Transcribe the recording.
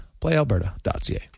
playalberta.ca